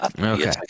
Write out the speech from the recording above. Okay